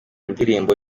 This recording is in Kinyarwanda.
ndirimbo